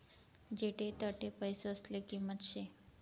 जठे तठे पैसासले किंमत शे